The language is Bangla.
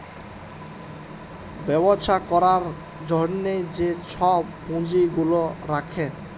ব্যবছা ক্যরার জ্যনহে যে ছব পুঁজি গুলা রাখে